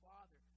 Father